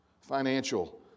financial